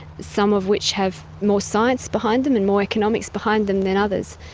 some of which have more science behind them and more economics behind them than others.